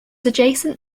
adjacent